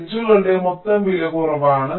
അരികുകളുടെ മൊത്തം വില കുറവാണ്